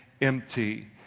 empty